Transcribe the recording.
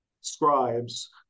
scribes